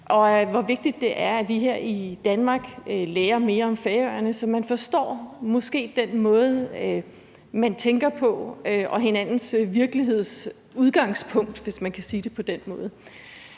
og hvor vigtigt det er, at vi her i Danmark lærer mere om Færøerne, så man måske også forstår den måde, man tænker på og hinandens virkelighedsudgangspunkt, hvis man kan sige det på den måde.